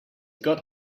got